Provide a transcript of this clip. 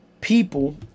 people